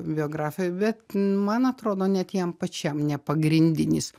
biografijoj bet man atrodo net jam pačiam ne pagrindinis